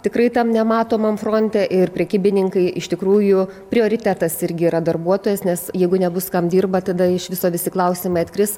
tikrai tam nematomam fronte ir prekybininkai iš tikrųjų prioritetas irgi yra darbuotojas nes jeigu nebus kam dirba tada iš viso visi klausimai atkris